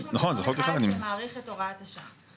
יש --- אחד שמאריך את הוראת השעה.